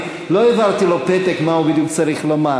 אני לא העברתי לו פתק מה הוא בדיוק צריך לומר.